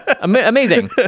amazing